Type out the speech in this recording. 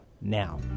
now